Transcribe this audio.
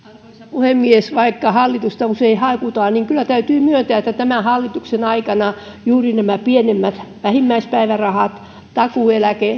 puhemies vaikka hallitusta usein haukutaan niin kyllä täytyy myöntää että tämän hallituksen aikana juuri näitä pienimpiä vähimmäispäivärahoja takuueläkettä